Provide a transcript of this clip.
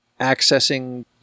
accessing